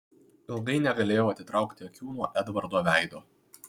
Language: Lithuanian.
ilgai negalėjau atitraukti akių nuo edvardo veido